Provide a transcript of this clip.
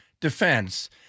defense